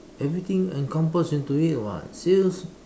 everything encompass into it [what] sales